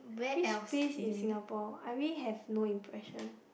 which place in Singapore I really have no impression